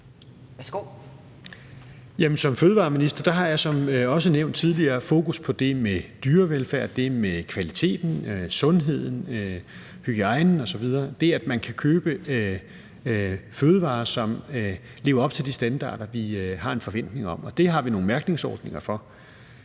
Som fødevareminister har jeg som også nævnt tidligere fokus på det med dyrevelfærd, det med kvaliteten, sundheden, hygiejnen osv., det, at man kan købe fødevarer, som lever op til de standarder, som vi har en forventning om, og det har vi nogle mærkningsordninger for.